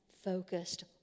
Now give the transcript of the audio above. focused